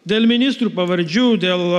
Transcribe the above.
dėl ministrų pavardžių dėl